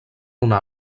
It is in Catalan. una